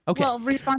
Okay